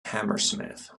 hammersmith